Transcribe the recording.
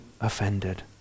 offended